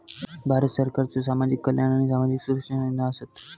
भारत सरकारच्यो सामाजिक कल्याण आणि सामाजिक सुरक्षा योजना आसत